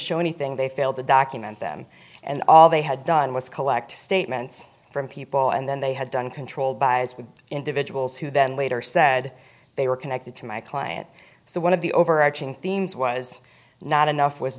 show anything they failed to document them and all they had done was collect statements from people and then they had done controlled buys with individuals who then later said they were connected to my client so one of the overarching themes was not enough was